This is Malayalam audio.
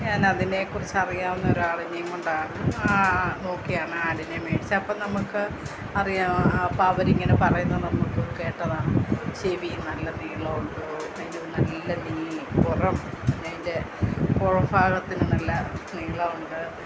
ഞാനതിനെക്കുറിച്ച് അറിയാവുന്ന ഒരാളിനെയും കൊണ്ടാണ് നോക്കിയാണ് ആടിനെ മേടിച്ചത് അപ്പം നമുക്ക് അറിയാം അപ്പം അവരിങ്ങനെ പറയുന്നത് നമുക്ക് കേട്ടതാണ് ചെവി നല്ല നീളമുണ്ടോ അതിനു നല്ല നീ പുറം അതിൻ്റെ പുറം ഭാഗത്തിനു നല്ല നീളമുണ്ട്